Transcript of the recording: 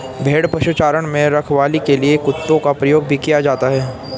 भेड़ पशुचारण में रखवाली के लिए कुत्तों का प्रयोग भी किया जाता है